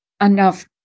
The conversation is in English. enough